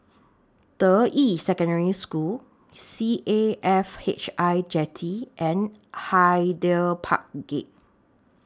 Deyi Secondary School C A F H I Jetty and Hyder Park Gate